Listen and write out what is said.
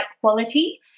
quality